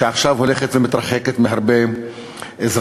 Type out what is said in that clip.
שעכשיו הולכת ומתרחקת מהרבה אזרחים.